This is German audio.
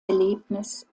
erlebnis